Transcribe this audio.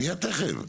זה מהמקורות, זה נכון,